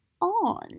on